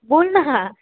बोल ना हा